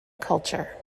culture